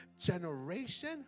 generation